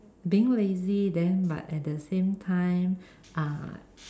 being lazy then but at the same time uh